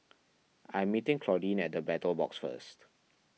I am meeting Claudine at the Battle Box first